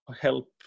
help